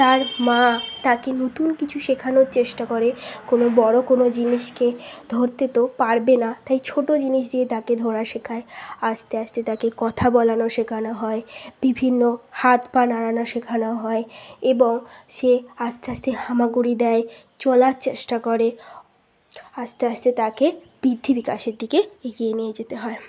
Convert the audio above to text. তার মা তাকে নতুন কিছু শেখানোর চেষ্টা করে কোনও বড়ো কোনও জিনিসকে ধরতে তো পারবে না তাই ছোটো জিনিস দিয়ে তাকে ধরা শেখায় আস্তে আস্তে তাকে কথা বলানো শেখানো হয় বিভিন্ন হাত পা নাড়ানো শেখানো হয় এবং সে আস্তে আস্তে হামাগুড়ি দেয় চলার চেষ্টা করে আস্তে আস্তে তাকে বৃদ্ধি বিকাশের দিকে এগিয়ে নিয়ে যেতে হয়